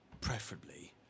preferably